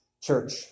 church